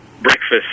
breakfast